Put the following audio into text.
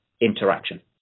interaction